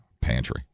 pantry